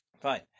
fine